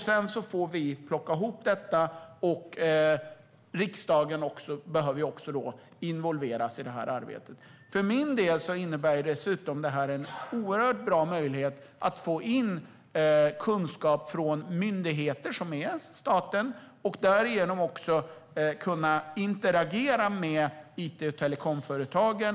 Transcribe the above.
Sedan får vi plocka ihop detta, och riksdagen ska involveras i arbetet. För min del innebär detta också en bra möjlighet att få in kunskap från myndigheter, som ju är staten, och därigenom kunna interagera med it och telekomföretagen.